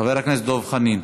חבר הכנסת דב חנין,